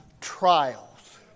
trials